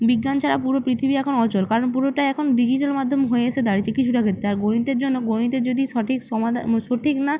বিজ্ঞান ছাড়া পুরো পৃথিবী এখন অচল কারণ পুরোটাই এখন ডিজিটাল মাধ্যম হয়ে এসে দাঁড়িয়েছে কিছুটা ক্ষেত্রে আর গণিতের জন্য গণিতের যদি সঠিক সমাধান সঠিক না